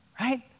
Right